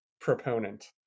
proponent